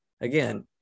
Again